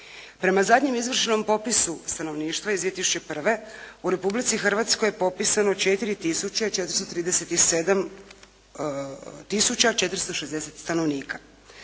Prema zadnjem izvršenom popisu stanovništva iz 2001. u Republici Hrvatskoj je popisano 4 tisuće 437 tisuća 460 stanovnika.